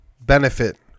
benefit